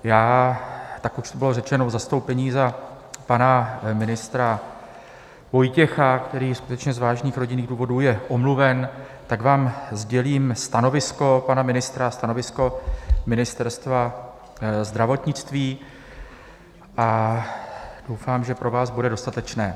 Jak už bylo řečeno, v zastoupení za pana ministra Vojtěcha, který skutečně z vážných rodinných důvodů je omluven, vám sdělím stanovisko pana ministra, stanovisko Ministerstva zdravotnictví, a doufám, že pro vás bude dostatečné.